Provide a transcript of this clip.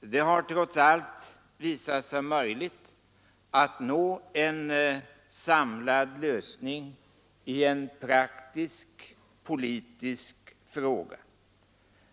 Det har trots allt visat sig möjligt att nå en samlad lösning i en praktisk politisk fråga.